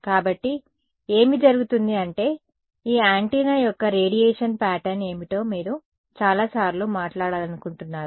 కాబట్టి ఏమి జరుగుతుంది అంటే ఈ యాంటెన్నా యొక్క రేడియేషన్ ప్యాటర్న్ ఏమిటో మీరు చాలాసార్లు మాట్లాడాలనుకుంటున్నారు